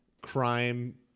crime